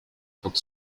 book